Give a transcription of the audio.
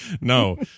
No